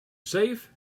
safe